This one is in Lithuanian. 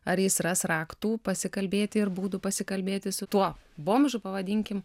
ar jis ras raktų pasikalbėti ir būdų pasikalbėti su tuo bomžu pavadinkim